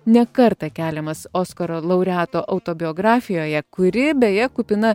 ne kartą keliamas oskaro laureato autobiografijoje kuri beje kupina